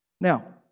Now